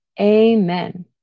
amen